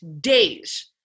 days